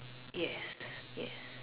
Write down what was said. yes yes